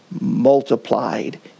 multiplied